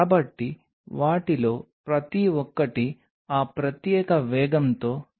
కాబట్టి poly D lysine D గురించి మాట్లాడటం అనేది ఐసోమర్ రకం మరియు లైసిన్ అమైనో ఆమ్లం అని మీకు తెలుసు